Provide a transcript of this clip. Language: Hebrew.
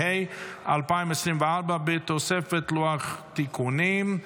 3), התשפ"ה 2024, בתוספת לוח תיקונים.